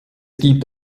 gibt